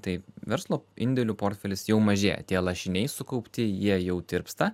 tai verslo indėlių portfelis jau mažėja tie lašiniai sukaupti jie jau tirpsta